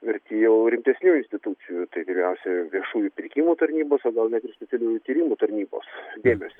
verti jau rimtesnių institucijų tai vyriausiuoji viešųjų pirkimų tarnybos o gal net ir specialiųjų tyrimų tarnybos dėmesio